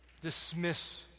dismiss